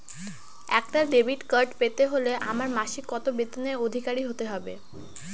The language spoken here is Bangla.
একটা ডেবিট কার্ড পেতে হলে আমার মাসিক কত বেতনের অধিকারি হতে হবে?